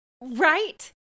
Right